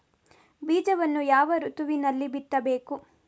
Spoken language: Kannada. ಬೀಜವನ್ನು ಯಾವ ಋತುವಿನಲ್ಲಿ ಬಿತ್ತಬೇಕು?